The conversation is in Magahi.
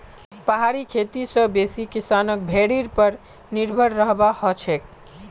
पहाड़ी खेती स बेसी किसानक भेड़ीर पर निर्भर रहबा हछेक